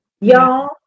y'all